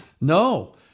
no